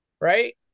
right